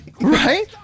Right